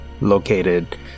located